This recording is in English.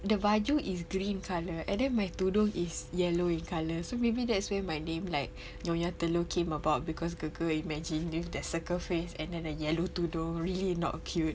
the baju is green colour and then my tudung is yellow in colour so maybe that's where my name like nyonya telur came about cause girl girl imagine with that circle face and then the yellow tudung really not cute